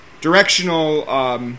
directional